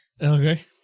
Okay